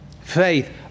Faith